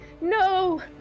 No